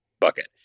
bucket